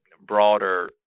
broader